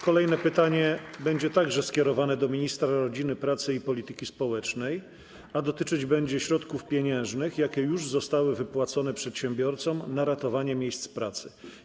Kolejne pytanie będzie także skierowane do ministra rodziny, pracy i polityki społecznej, a dotyczyć będzie środków pieniężnych, jakie już zostały wypłacone przedsiębiorcom na ratowanie miejsc pracy.